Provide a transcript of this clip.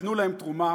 תנו להם תרומה